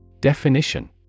Definition